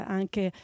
anche